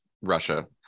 Russia